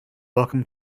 welcome